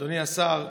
אדוני השר.